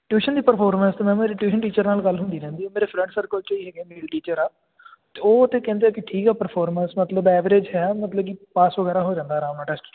tuition ਦੀ performance ਤਾਂ ma'am ਇਹਦੀ ਟਿਊਸ਼ਨ ਟੀਚਰ ਨਾਲ ਗੱਲ ਹੁੰਦੀ ਰਹਿੰਦੀ ਮੇਰੇ ਫਰੈਂਡ ਸਰਕਲ 'ਚੋਂ ਹੀ ਹੈਗੇ ਆ ਮੇਲ ਟੀਚਰ ਹੈ ਅਤੇ ਉਹ ਤਾਂ ਕਹਿੰਦੇ ਆ ਕਿ ਠੀਕ ਹੈ ਪਰਫੋਰਮੈਂਸ ਬਾਕੀ ਉਹਦਾ ਐਵਰੇਜ ਹੈ ਮਤਲਬ ਕਿ ਪਾਸ ਵਗੈਰਾ ਹੋ ਜਾਂਦਾ ਆਰਾਮ ਨਾਲ ਟੈਸਟ 'ਚ